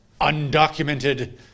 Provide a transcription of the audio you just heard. undocumented